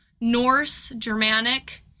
Norse-Germanic